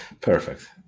Perfect